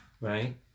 right